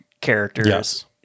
characters